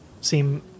seem